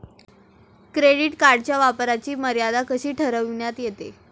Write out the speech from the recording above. Credit कार्डच्या वापराची मर्यादा कशी ठरविण्यात येते?